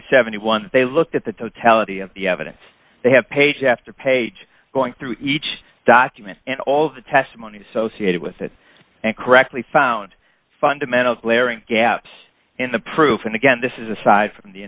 seventy one they looked at the totality of the evidence they have page after page going through each document and all the testimony associated with it and correctly found fundamental glaring gaps in the proof and again this is aside from the